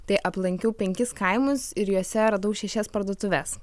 tai aplankiau penkis kaimus ir juose radau šešias parduotuves